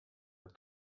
her